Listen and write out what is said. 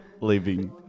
leaving